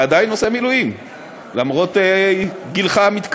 אתה עדיין עושה